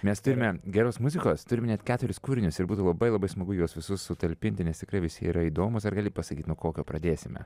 mes turime geros muzikos turim net keturis kūrinius ir būtų labai labai smagu juos visus sutalpinti nes tikrai visi jie yra įdomūs ar gali pasakyt nuo kokio pradėsime